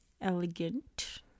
elegant